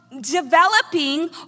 developing